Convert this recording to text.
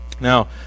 Now